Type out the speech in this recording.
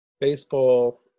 Baseball